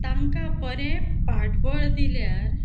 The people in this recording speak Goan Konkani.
तांकां बरें फाटबळ दिल्यार